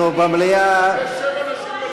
אנחנו במליאה, יש שבע נשים בליכוד.